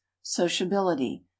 sociability